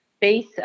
base